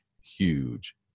huge